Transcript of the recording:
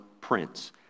prince